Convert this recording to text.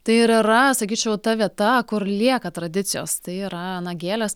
tai ir yra sakyčiau ta vieta kur lieka tradicijos tai yra na gėlės